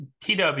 TW